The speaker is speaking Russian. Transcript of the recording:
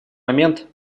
момент